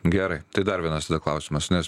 gerai tai dar vienas klausimas nes